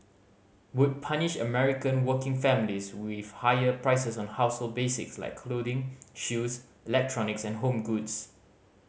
would punish American working families with higher prices on household basics like clothing shoes electronics and home goods